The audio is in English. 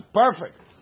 perfect